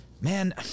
Man